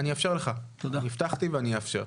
אני אאפשר לך, הבטחתי ואני אאפשר.